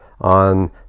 on